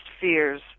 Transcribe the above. fears